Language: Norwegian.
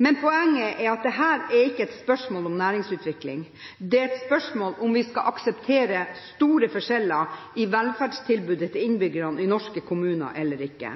Men poenget er at dette ikke er et spørsmål om næringsutvikling. Det er et spørsmål om hvorvidt vi skal akseptere store forskjeller i velferdstilbudet til innbyggerne i norske kommuner eller ikke.